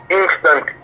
instant